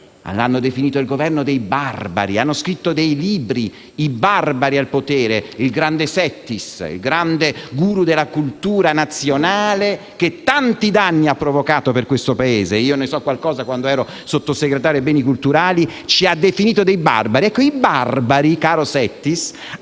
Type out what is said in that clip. l'hanno definito: hanno scritto dei libri sui barbari al potere; il grande Settis, *guru* della cultura nazionale, che tanti danni ha provocato per questo Paese (e io ne so qualcosa da quando ero sottosegretario ai beni culturali), ci ha definito dei barbari;